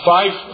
Five